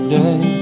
day